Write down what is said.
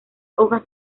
hojas